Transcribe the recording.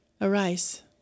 Arise